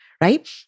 right